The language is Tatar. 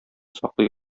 саклый